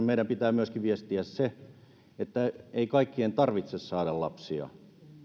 meidän pitää myöskin viestiä se että ei kaikkien tarvitse saada lapsia